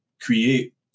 create